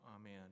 amen